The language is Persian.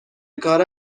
کار